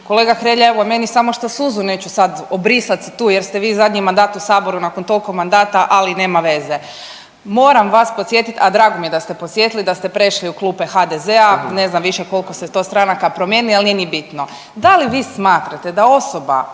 Kolega Hrelja, evo meni samo što suzu neću sad obrisati tu jer ste vi zadnji mandat u Saboru nakon toliko mandata, ali nema veze. Moram vas podsjetiti, a drago mi je da ste podsjetili da ste prešli u klupe HDZ-a, ne znam više koliko se to stranaka promijeni, ali nije ni bitno. Da li vi smatrate da osoba,